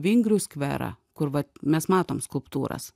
vingrių skverą kur vat mes matom skulptūras